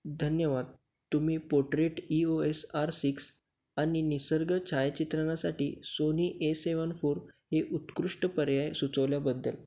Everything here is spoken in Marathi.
धन्यवाद तुम्ही portrait E O S R six आणि निसर्ग छायाचित्रणासाठी सोनी ए सेवन फोर हे उत्कृष्ट पर्याय सुचवल्याबद्दल